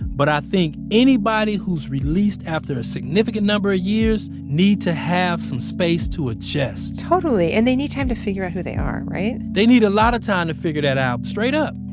but i think anybody who's released after a significant number of years, need to have some space to adjust totally. and they need time to figure out who they are, right? they need a lot of time to figure that out. straight up!